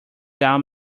down